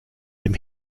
dem